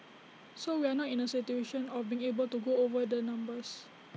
so we are not in A situation of being able to go over the numbers